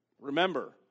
Remember